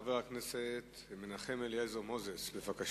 חבר הכנסת מנחם אליעזר מוזס, בבקשה.